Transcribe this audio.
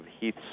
Heath